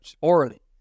orally